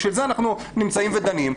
בשביל זה אנחנו נמצאים ודנים.